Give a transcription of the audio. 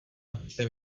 napište